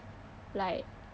like